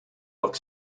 look